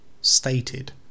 stated